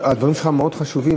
הדברים שלך מאוד חשובים,